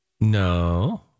No